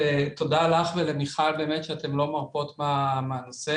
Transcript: ותודה לך ולמיכל באמת שאתן לא מרפות מהנושא,